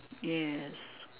yes